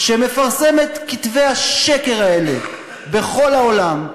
שמפרסם את כתבי השקר האלה בכל העולם,